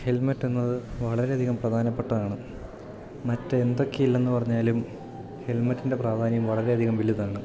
helmet എന്നത് വളരെയധികം പ്രധാനപ്പെട്ടതാണ് മറ്റ് എന്തൊക്കെയില്ലെന്നു പറഞ്ഞാലും ഹെൽമെറ്റിൻ്റെ പ്രാധാന്യം വളരെയധികം വലുതാണ്